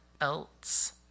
else